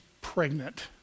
pregnant